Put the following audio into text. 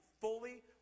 fully